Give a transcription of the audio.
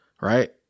right